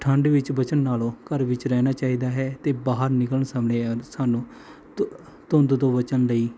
ਠੰਡ ਵਿੱਚ ਬਚਣ ਨਾਲੋਂ ਘਰ ਵਿੱਚ ਰਹਿਣਾ ਚਾਹੀਦਾ ਹੈ ਅਤੇ ਬਾਹਰ ਨਿਕਲਣ ਸਮੇਂ ਸਾਨੂੰ ਧੁੰ ਧੁੰਦ ਤੋਂ ਬਚਣ ਲਈ